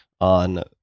on